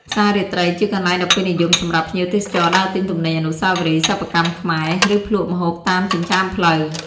ផ្សាររាត្រី ជាកន្លែងដ៏ពេញនិយមសម្រាប់ភ្ញៀវទេសចរដើរទិញទំនិញអនុស្សាវរីយ៍ សិប្បកម្មខ្មែរ ឬភ្លក់ម្ហូបតាមចិញ្ចើមផ្លូវ។